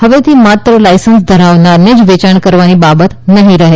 હવેથી માત્ર લાઇસન્સ ધરાવનારને જ વેચાણ કરવાની બાબત નહી રહે